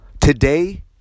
Today